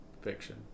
Fiction